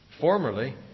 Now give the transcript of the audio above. Formerly